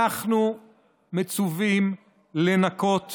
אנחנו מצווים גם לנקות